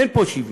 אין פה שוויון.